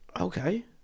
Okay